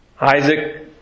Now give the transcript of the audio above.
Isaac